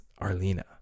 Arlena